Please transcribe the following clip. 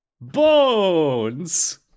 Bones